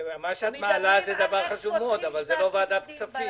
מדברים על איך לפתוח שנת לימודים